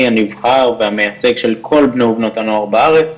הנבחר והמייצג של כל בני ובנות הנוער בארץ,